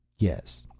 yes.